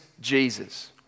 Jesus